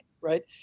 Right